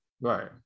right